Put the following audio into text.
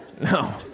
No